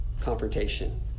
confrontation